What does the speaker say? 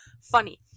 funny